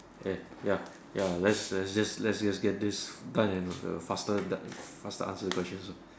ya ya ya let's the just let's just get this done and the faster g~ faster answer the questions ah